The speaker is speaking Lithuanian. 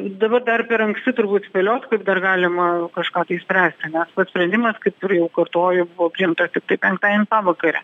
dabar dar per anksti turbūt spėliot kaip dar galima kažką tai spręsti nes pats sprendimas kaip ir jau kartoju buvo priimtas tiktai penktadienį pavakare